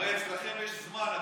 הרי אצלכם יש זמן.